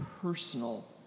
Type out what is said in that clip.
personal